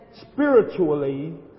spiritually